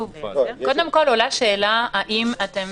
עולה שאלה אם אתם